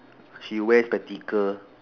she wear spectacle